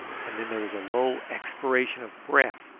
and then there was a low expiration of breath,